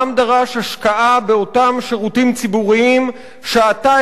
העם דרש השקעה באותם שירותים ציבוריים שאתה